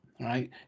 right